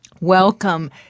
Welcome